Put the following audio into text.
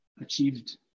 achieved